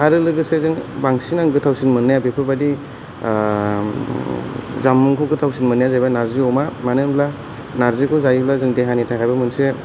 आरो लोगोसे जों बांसिन आं गोथाउसिन मोननाया बेफोरबादि जामुंखौ गोथाव मोननाया जाबाय नार्जि अमा मानो होमब्ला नार्जिखौ जायोबा देहानि थाखायबो मोनसे